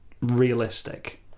Realistic